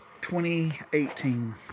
2018